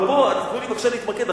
אבל תנו לי בבקשה להתמקד,